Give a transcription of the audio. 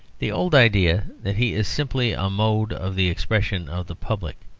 the old idea that he is simply a mode of the expression of the public,